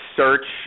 search